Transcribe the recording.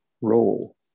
role